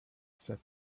said